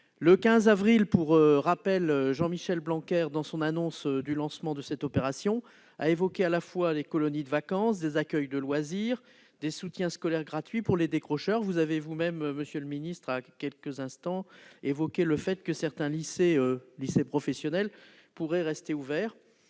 le 15 avril dernier, Jean-Michel Blanquer, en annonçant le lancement de cette opération, a évoqué à la fois les colonies de vacances, des accueils de loisirs et des soutiens scolaires gratuits pour les décrocheurs. Vous avez vous-même indiqué à l'instant, monsieur le secrétaire d'État, que certains lycées professionnels pourraient rester ouverts.